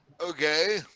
Okay